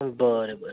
बरें बरें